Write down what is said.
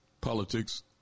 politics